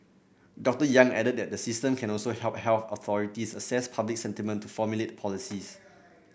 Doctor Yang added that the system can also help health authorities assess public sentiment to formulate policies